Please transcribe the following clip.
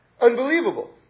Unbelievable